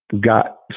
got